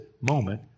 moment